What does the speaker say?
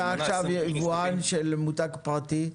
אתה עכשיו יבואן של מותג פרטי,